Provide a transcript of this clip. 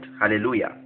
Hallelujah